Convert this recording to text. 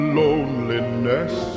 loneliness